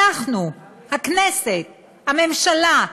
אנחנו, הכנסת, הממשלה,